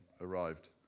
arrived